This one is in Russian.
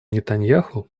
нетаньяху